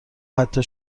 حتی